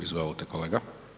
Izvolite kolega.